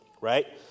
right